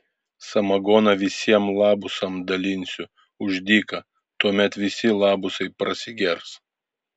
samagoną visiem labusam dalinsiu už dyką tuomet visi labusai prasigers